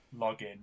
login